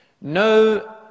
No